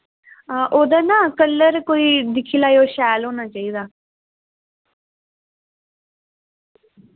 हां ओह्दा ना कलर कोई दिक्खी लैयो शैल होना चाहिदा